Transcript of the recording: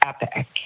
epic